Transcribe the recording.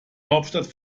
hauptstadt